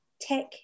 tech